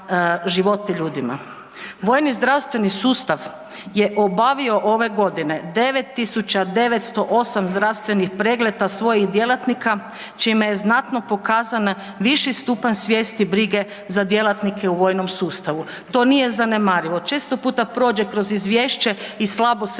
Vojni zdravstveni sustav je obavio ove godine 9908 zdravstvenih pregleda svojih djelatnika čime je znatno pokazan viši stupanj svijesti brige za djelatnike u vojnom sustav. To nije zanemarivo. Često puta prođe kroz izvješće i slabo se